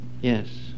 Yes